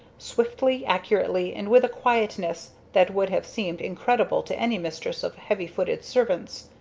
swiftly, accurately, and with a quietness that would have seemed incredible to any mistress of heavy-footed servants.